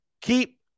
Keep